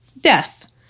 death